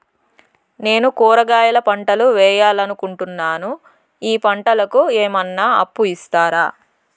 నేను కూరగాయల పంటలు వేయాలనుకుంటున్నాను, ఈ పంటలకు ఏమన్నా అప్పు ఇస్తారా?